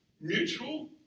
Mutual